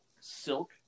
Silk